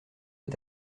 est